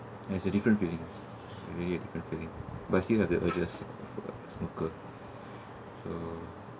it's a different feeling really a different feeling but still have the urges smoker so